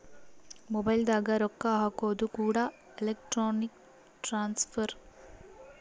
mobile ದಾಗ ರೊಕ್ಕ ಹಾಕೋದು ಕೂಡ ಎಲೆಕ್ಟ್ರಾನಿಕ್ ಟ್ರಾನ್ಸ್ಫರ್